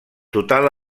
total